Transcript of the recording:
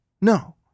No